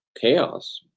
chaos